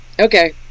okay